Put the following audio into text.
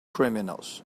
criminals